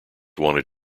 wanted